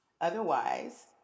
Otherwise